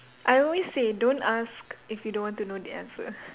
I always say don't ask if you don't want to know the answer